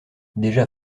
déjà